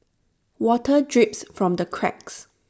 water drips from the cracks